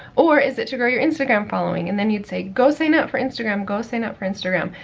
or is it to grow your instagram following? and then you'd say, go sign up for instagram. go sign up for instagram.